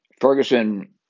Ferguson